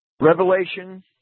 Revelation